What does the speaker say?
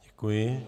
Děkuji.